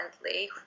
currently